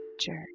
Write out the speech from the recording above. jerk